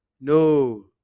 no